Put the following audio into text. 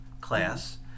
class